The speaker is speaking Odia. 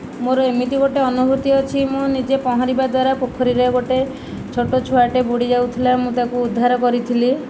ମୋର ଏମିତି ଗୋଟେ ଅନୁଭୂତି ଅଛି ମୁଁ ନିଜେ ପହଁରିବା ଦ୍ୱାରା ପୋଖରୀରେ ଗୋଟେ ଛୋଟ ଛୁଆଟେ ବୁଡ଼ି ଯାଉଥିଲା ମୁଁ ତାକୁ ଉଦ୍ଧାର କରିଥିଲି